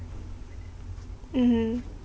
mmhmm